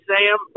Sam